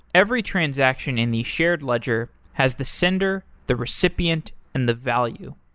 every transaction in the shared ledger has the sender, the recipient, and the value.